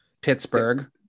Pittsburgh